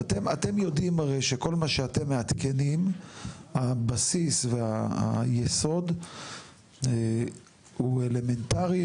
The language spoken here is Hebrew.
אתם יודעים שכל מה שאתם מעדכנים הבסיס והיסוד הוא אלמנטרי,